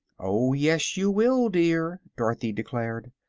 oh, yes you will, dear, dorothy declared.